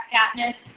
Katniss